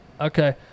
Okay